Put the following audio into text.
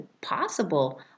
possible